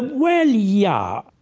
well, yeah,